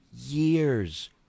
years